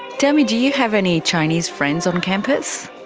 tell me, do you have any chinese friends on campus?